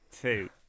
Two